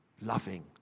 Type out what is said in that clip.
loving